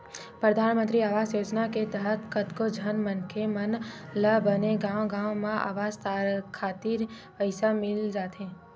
परधानमंतरी आवास योजना के तहत कतको झन मनखे मन ल बने गांव गांव म अवास खातिर पइसा मिल जाथे